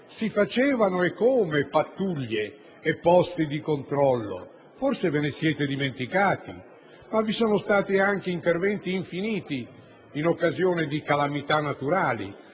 Si facevano, eccome, pattuglie e posti di controllo: forse ve ne siete dimenticati. Vi sono stati anche interventi infiniti in occasione di calamità naturali